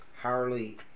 Harley